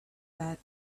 that